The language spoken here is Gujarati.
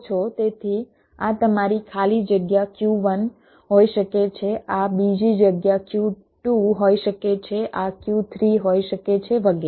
તેથી આ તમારી ખાલી જગ્યા Q1 હોઈ શકે છે આ બીજી જગ્યા Q2 હોઈ શકે છે આ Q3 હોઈ શકે છે વગેરે